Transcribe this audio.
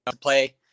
play